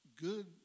good